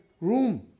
room